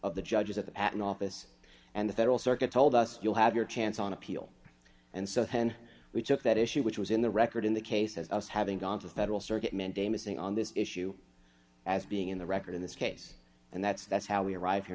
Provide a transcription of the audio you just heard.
of the judges at the at an office and the federal circuit told us you'll have your chance on appeal and so then we took that issue which was in the record in the case as us having gone to the federal circuit mandamus sing on this issue as being in the record in this case and that's that's how we arrive here